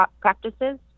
practices